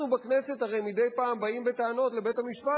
אנחנו בכנסת הרי מדי פעם באים בטענות לבית-המשפט